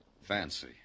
Fancy